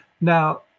Now